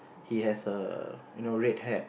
he has err you know red hat